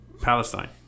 Palestine